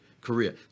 Korea